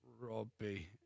robbie